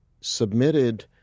submitted